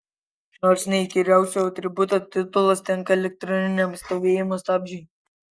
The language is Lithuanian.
nors ne įkyriausio atributo titulas tenka elektroniniam stovėjimo stabdžiui